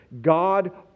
God